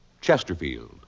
Chesterfield